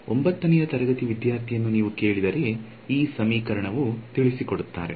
9 ನೇ ತರಗತಿಯ ವಿದ್ಯಾರ್ಥಿಯನ್ನು ನೀವು ಕೇಳಿದರೆ ಈ ಸಮೀಕರಣವು ತಿಳಿಸಿಕೊಡುತ್ತಾರೆ